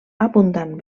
abundant